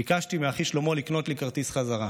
ביקשתי מאחי שלמה לקנות לי כרטיס חזרה.